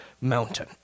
mountain